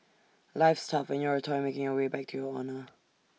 life's tough when you're A toy making your way back to your owner